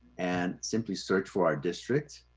and simply search for our district.